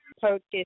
purchase